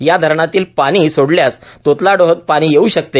या धरणातील पाणी सोडल्यास तोतलाडोहात पार्णी येऊ षकते